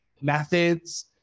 methods